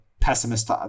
pessimist